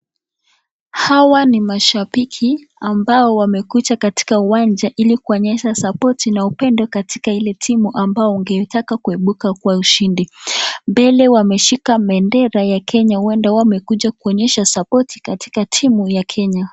Hawa ni mashambiki ambao wamekuja katika uwanja ili kuonyesha sapoti na upendo katika ile timu ambao wangetaka kuimbuka kuwa ushidi. Mbele wameshika pendera ya Kenya huenda wamekuja kuonyesha sapoti katika timu ya Kenya.